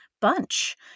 bunch